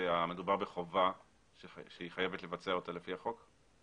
שמדובר בחובה שהיא חייבת לבצע אותה לפי החוק?